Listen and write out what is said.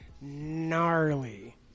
gnarly